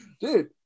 Dude